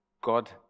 God